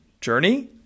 journey